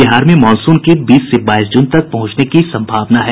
बिहार में मॉनसून के बीस से बाईस जून तक पहुंचने की सम्भावना है